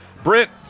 Brent